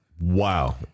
Wow